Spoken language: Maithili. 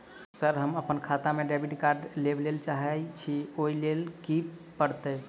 सर हम अप्पन खाता मे डेबिट कार्ड लेबलेल चाहे छी ओई लेल की परतै?